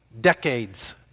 decades